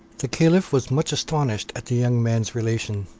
the caliph was much astonished at the young man's relation.